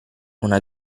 una